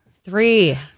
Three